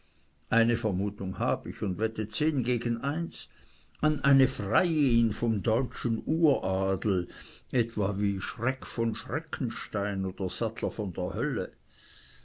eine vermutung hab ich und wette zehn gegen eins an eine freiin vom deutschen uradel etwa schreck von schreckenstein oder sattler von der hölle